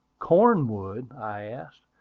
cornwood? i asked,